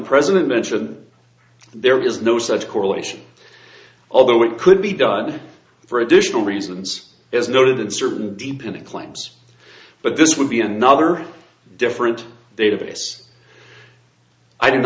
president mentioned there is no such correlation although it could be done for additional reasons is noted in certain deepening claims but this would be another different database i d